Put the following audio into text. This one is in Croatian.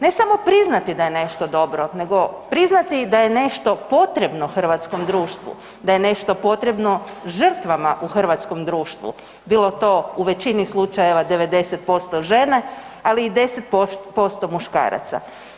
Ne samo priznati da je nešto dobro nego priznati da je nešto potrebno hrvatskom društvu, da je nešto potrebno žrtvama u hrvatskom društvu, bilo to u većini slučajeva, 90% ali i 10% muškaraca.